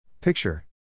Picture